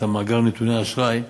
את מאגר נתוני האשראי,